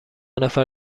نفر